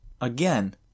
again